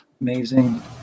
Amazing